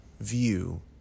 view